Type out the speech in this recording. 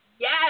Yes